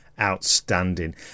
outstanding